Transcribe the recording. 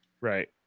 right